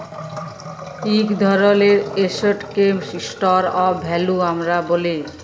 ইক ধরলের এসেটকে স্টর অফ ভ্যালু আমরা ব্যলি